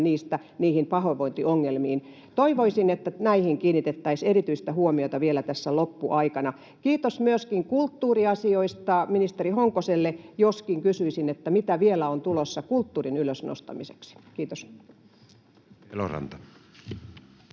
niihin pahoinvointiongelmiin. Toivoisin, että näihin kiinnitettäisiin erityistä huomiota vielä tässä loppuaikana. Kiitos myöskin kulttuuriasioista ministeri Honkoselle, joskin kysyisin, mitä vielä on tulossa kulttuurin ylös nostamiseksi. — Kiitos. [Speech